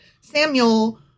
Samuel